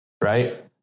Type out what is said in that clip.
right